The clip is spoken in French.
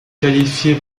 qualifié